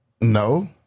No